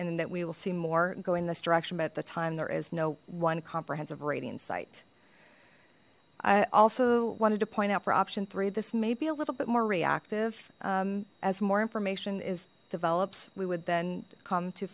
and that we will see more going this direction but at the time there is no one comprehensive rating site i also wanted to point out for option three this may be a little bit more reactive as more information is develops we would then